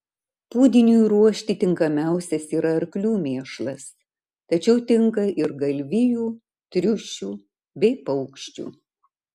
pūdiniui ruošti tinkamiausias yra arklių mėšlas tačiau tinka ir galvijų triušių bei paukščių